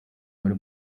muri